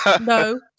No